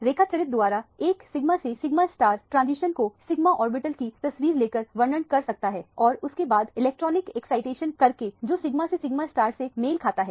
रेखचित्र द्वारा एक सिग्मा से सिग्मा ट्रांसलेशन को सिग्मा ऑर्बिटल की तस्वीर लेकर वर्णन कर सकता है और उसके बाद इलेक्ट्रॉनिक एक्साइटेशन करके जो सिग्मा से सिग्मा से मेल खाता है